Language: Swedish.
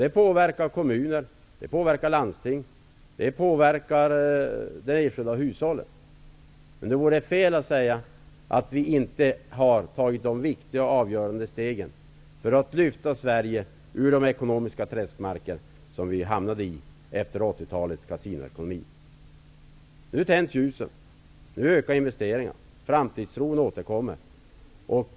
Det påverkar såväl kommuner som landsting och de enskilda hushållen. Men det vore fel att säga att vi inte har tagit de viktiga och avgörande stegen för att lyfta Sverige ur de ekonomiska träskmarker som vi i Sverige hamnat i efter 80-talets kasinoekonomi. Nu tänds ljusen; investeringarna ökar och framtidstron återkommer.